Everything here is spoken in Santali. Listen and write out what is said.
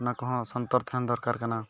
ᱚᱱᱟ ᱠᱚᱦᱚᱸ ᱥᱚᱱᱛᱚᱨ ᱛᱟᱦᱮᱱ ᱫᱚᱨᱠᱟᱨ ᱠᱟᱱᱟ